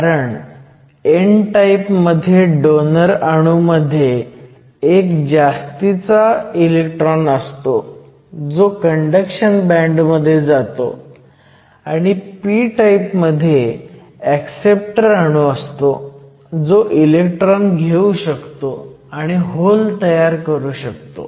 कारण n type मध्ये donor अणू मध्ये एक जास्तीचा इलेक्ट्रॉन असतो जो कंडक्शन बँड मध्ये जातो आणि p टाईप मध्ये ऍक्सेप्टर अणू असतो जो इलेक्ट्रॉन घेऊ शकतो आणि होल तयार करू शकतो